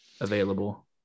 available